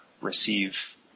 receive